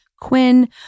Quinn